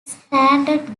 standard